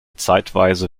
zeitweise